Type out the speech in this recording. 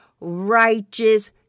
righteous